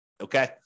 Okay